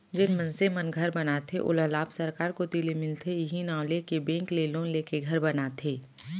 जेन मनसे मन घर बनाथे ओला लाभ सरकार कोती ले मिलथे इहीं नांव लेके बेंक ले लोन लेके घर बनाथे